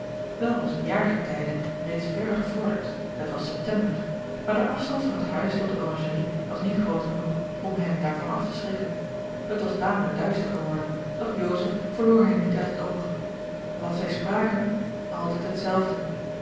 wel was het jaargetijde reeds ver gevorderd het was september maar de afstand van het huis tot de oranjerie was niet groot genoeg om hen daarvan af te schrikken het was tamelijk duister geworden doch joseph verloor hen niet uit het oog wat zij spraken altijd hetzelfde